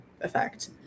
effect